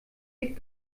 dick